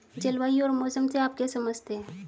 जलवायु और मौसम से आप क्या समझते हैं?